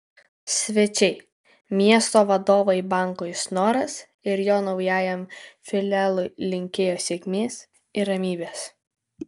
svečiai miesto vadovai bankui snoras ir jo naujajam filialui linkėjo sėkmės ir ramybės